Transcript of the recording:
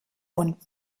und